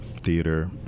theater